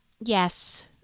Yes